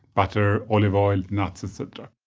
butter, olive oil, nuts, etc.